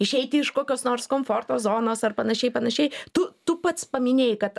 išeiti iš kokios nors komforto zonos ar panašiai panašiai tu tu pats paminėjai kad